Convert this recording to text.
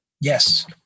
yes